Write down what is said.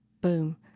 boom